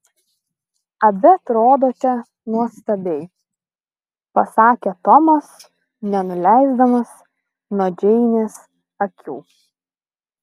abi atrodote nuostabiai pasakė tomas nenuleisdamas nuo džeinės akių